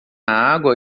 água